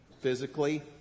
physically